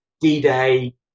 D-Day